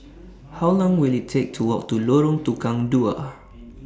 How Long Will IT Take to Walk to Lorong Tukang Dua